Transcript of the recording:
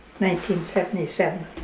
1977